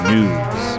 News